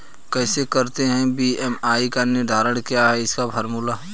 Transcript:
कैसे करते हैं बी.एम.आई का निर्धारण क्या है इसका फॉर्मूला?